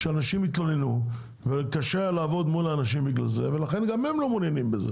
שאנשים התלוננו וקשה היה לעמוד מול האנשים ולכן גם הם לא מעוניינים בזה